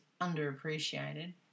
underappreciated